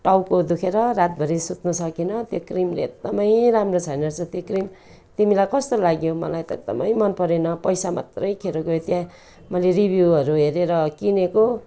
टाउको दुखेर रातभरि सुत्न सकिनँ त्यो क्रिमले एकदमै राम्रो छैन त्यो क्रिम तिमीलाई कस्तो लाग्यो मलाई त एकदमै मनपरेन पैसा मात्रै खेर गयो त्यहाँ मैले रिभ्यूहरू हेरेर किनेको